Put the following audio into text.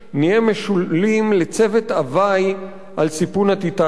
נהיה משולים לצוות הווי על סיפון ה'טיטניק',